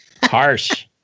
Harsh